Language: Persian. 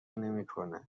نمیکنه